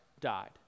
died